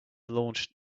launched